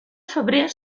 febrer